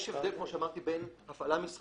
יש הבדל, כמו שאמרתי, בין הפעלה מסחרית